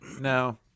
No